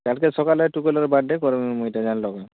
କାଲ୍ କେ ସକାଳେ ଟୁକେଲ୍ ର ବାର୍ଥଡ଼େ କର୍ମୁଁ ଇଟା ଜାନଲ୍ କାଏଁ